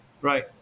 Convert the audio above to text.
right